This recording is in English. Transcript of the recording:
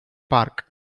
park